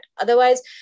Otherwise